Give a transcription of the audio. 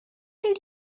did